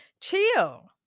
chill